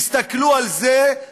תסתכלו על זה,